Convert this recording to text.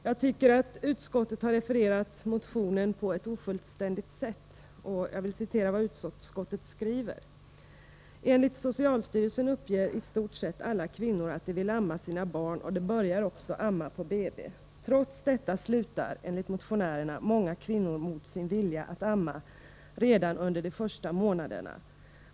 Jag tycker att utskottet har refererat motionen på ett ofullständigt sätt. Utskottet skriver så här: ”Enligt socialstyrelsen uppger i stort sett alla kvinnor att de vill amma sina barn och de börjar också amma på BB. Trots detta slutar, enligt motionärerna, många kvinnor mot sin vilja att amma redan under de första månaderna.